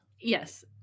Yes